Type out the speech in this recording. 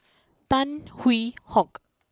Tan Hwee Hock